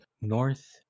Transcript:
North